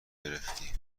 گرفتی